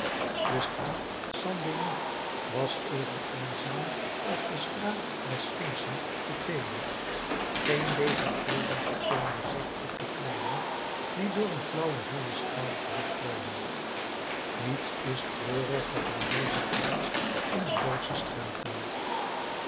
de straat st denis was even eenzaam als de straat der sphinxen te thebe geen levend wezen vertoonde zich op de pleinen die door een flauwen zonnestraal verlicht werden niets is treuriger dan deze glans in de doodsche straten